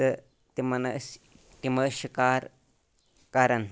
تہٕ تِمن ٲسۍ تِم ٲسۍ شِکار کران